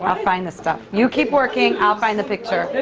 um i'll find the stuff. you keep working, i'll find the picture. that